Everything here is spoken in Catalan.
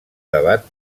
debat